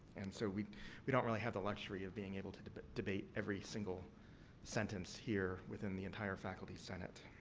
and, so, we we don't really have the luxury of being able to debate debate every, single sentence here within the entire faculty senate.